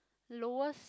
lowest